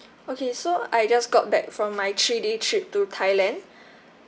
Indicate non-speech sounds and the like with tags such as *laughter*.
okay so I just got back from my three day trip to thailand *breath*